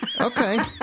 Okay